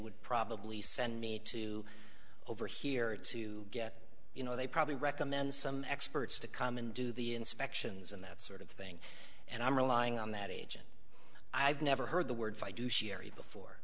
would probably send me to over here to get you know they probably recommend some experts to come and do the inspections and that sort of thing and i'm relying on that agent i've never heard the words i do sherry before